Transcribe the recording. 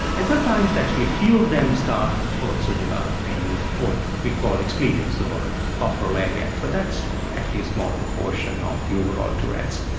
and sometimes actually a few of them start also developing what we call expletives or coprolalia, but that's actually a small proportion of the overall tourette's.